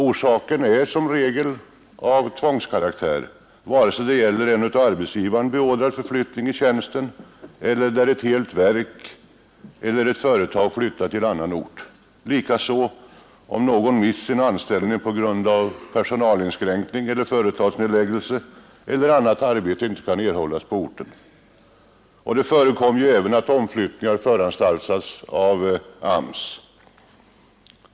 Orsaken är som regel av tvångskaraktär, vare sig det gäller en av arbetsgivaren beordrad förflyttning av tjänst eller om ett helt verk eller företag flyttar till annan ort, liksom om någon mist sin anställning på grund av personalinskränkning eller företagsnedläggelse eller om annat arbete inte kan erhållas på orten. Det förekommer ju även att omflyttningar föranstaltas av AMS.